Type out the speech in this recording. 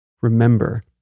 Remember